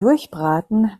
durchbraten